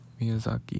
Miyazaki